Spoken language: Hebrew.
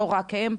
לא רק הן,